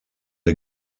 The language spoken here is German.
der